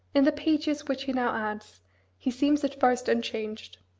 in the pages which he now adds he seems at first unchanged.